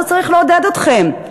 זה צריך לעודד אתכם,